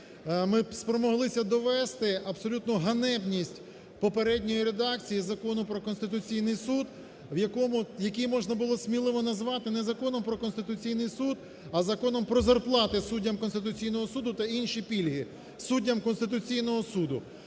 ми спромоглися довести абсолютну ганебність попередньої редакції Закон "Про Конституційний Суд", в якому… який можна було сміливо назвати не Законом "Про Конституційний Суд", а законом про зарплати суддям Конституційного Суду та інші пільги суддям Конституційного Суду.